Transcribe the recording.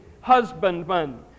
husbandman